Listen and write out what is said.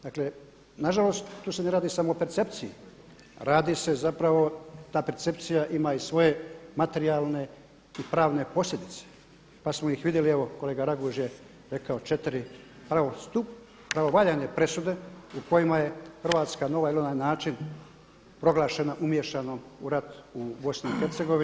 Dakle, nažalost tu se ne radi samo o percepciji, radi se zapravo ta percepcija ima i svoje materijalne i pravne posljedice, pa smo ih vidjeli evo kolega Raguž je rekao 4 pravovaljane presude u kojima je Hrvatska na ovaj ili onaj način proglašena umiješanom u rat u BIH.